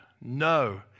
No